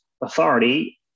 authority